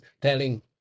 telling